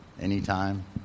anytime